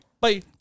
Bye